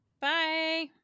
Bye